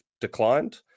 declined